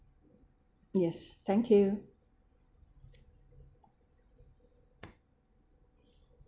yes thank you